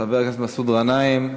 חבר הכנסת מסעוד גנאים,